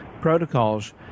protocols